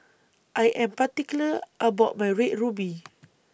I Am particular about My Red Ruby